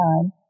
time